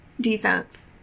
defense